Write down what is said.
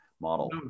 model